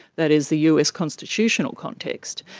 that is the us constitutional context,